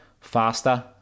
faster